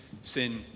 Sin